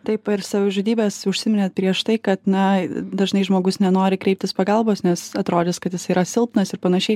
taip ir savižudybės užsiminėt prieš tai kad na dažnai žmogus nenori kreiptis pagalbos nes atrodys kad jis yra silpnas ir panašiai